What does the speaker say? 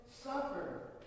suffer